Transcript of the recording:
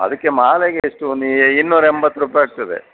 ಅದಕ್ಕೆ ಮಾಲೆಗೆ ಎಷ್ಟು ಒಂದು ಇನ್ನೂರು ಎಂಬತ್ತು ರೂಪಾಯಿ ಆಗ್ತದೆ